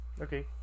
Okay